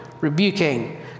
rebuking